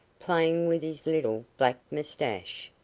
playing with his little black moustache.